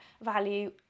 value